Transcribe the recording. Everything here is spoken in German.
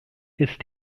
ist